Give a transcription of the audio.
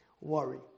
worry